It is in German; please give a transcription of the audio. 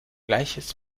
gleiches